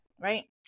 Right